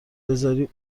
بزاری